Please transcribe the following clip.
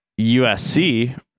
USC